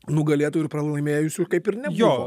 nugalėtojų ir pralaimėjusių kaip ir nebuvo